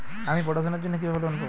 আমি পড়াশোনার জন্য কিভাবে লোন পাব?